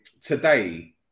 today